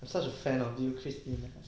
you such a fan of you christine